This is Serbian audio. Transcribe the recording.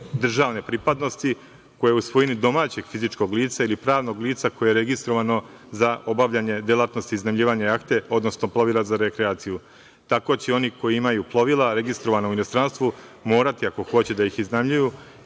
domaće, državne pripadnosti koja je u svojini domaćeg fizičkog lica ili pravnog lica koje je registrovano za obavljanje delatnosti iznajmljivanja jahte, odnosno plovila za rekreaciju, tako će oni koji imaju plovila registrovana u inostranstvu morati, ako hoće da ih iznajmljuju